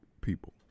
people